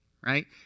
Right